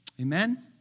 Amen